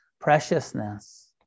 preciousness